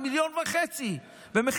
ב-1.5 מיליון,